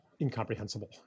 incomprehensible